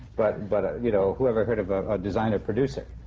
but but you know, who ever heard of a designer-producer?